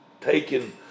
taken